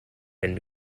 and